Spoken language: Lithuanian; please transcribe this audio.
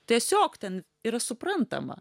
tiesiog ten yra suprantama